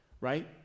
right